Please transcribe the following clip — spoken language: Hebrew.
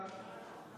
שנראה